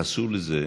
יתייחסו לזה